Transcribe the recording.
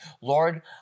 Lord